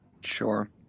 Sure